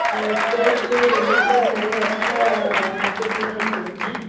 sports எங்கள் school நிறைய extra ஆக்ட்டிவிட்டின் இருக்குதுங்க